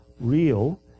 real